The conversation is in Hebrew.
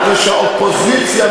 מפני שהאופוזיציה,